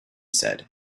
said